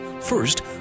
first